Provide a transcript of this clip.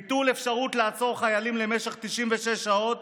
ביטול אפשרות לעצור חיילים למשך 96 שעות